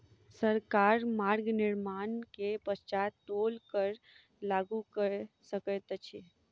सरकार मार्ग निर्माण के पश्चात टोल कर लागू कय सकैत अछि